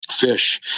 fish